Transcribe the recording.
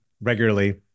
regularly